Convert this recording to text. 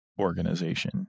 organization